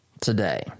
today